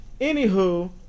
Anywho